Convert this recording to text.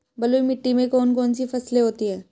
बलुई मिट्टी में कौन कौन सी फसलें होती हैं?